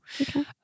Okay